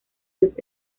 los